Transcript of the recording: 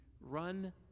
run